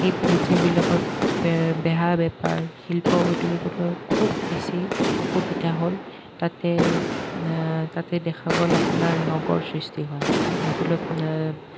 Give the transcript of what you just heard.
সেই যিবিলাকত বে বেহা বেপাৰ শিল্প উদ্যোগ এইবিলাক খুব বেছি সুবিধা হ'ল তাতে তাতে দেখা গ'ল আপোনাৰ নগৰ সৃষ্টি হোৱা সেইবোৰত